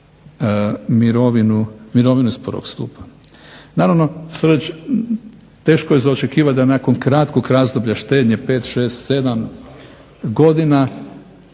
mirovine iz prvog stupa. Naravno, teško je za očekivati da nakon kratkog razdoblja štednje, pet, šest,